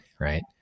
right